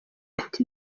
ati